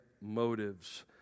motives